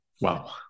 Wow